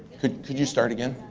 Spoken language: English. could could you start again?